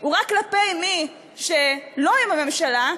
הוא רק כלפי מי שלא עם הממשלה,